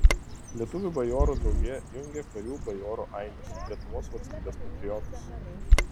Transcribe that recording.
lietuvių bajorų draugija jungia karių bajorų ainius lietuvos valstybės patriotus